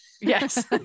Yes